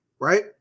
right